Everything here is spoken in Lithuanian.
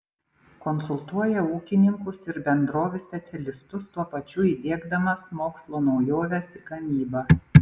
konsultuoja ūkininkus ir bendrovių specialistus tuo pačiu įdiegdamas mokslo naujoves į gamybą